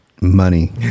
Money